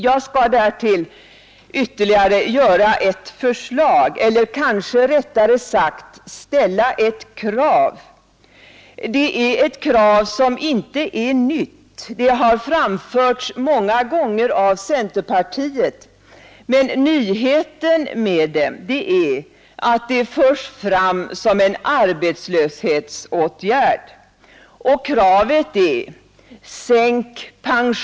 Jag skall därtill framställa ett förslag, eller kanske rättare sagt ställa ett krav. Det är ett krav som inte är nytt — det har framförts många gånger av centerpartiet — men nyheten med det är att det förs fram som en åtgärd mot arbetslöshet.